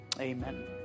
Amen